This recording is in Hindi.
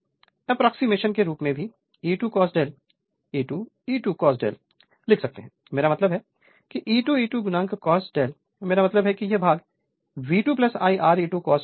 अब एक एप्रोक्सीमेशन के रूप में भीE2 cos ∂ E2 E2 cos ∂ लिख सकते हैंमेरा मतलब है कि E2 E2 cos ∂ मेरा मतलब है कि यह भाग V2 I2 Re2 cos ∅2 I2 XE2 sin ∅2 है